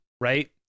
Right